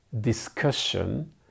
discussion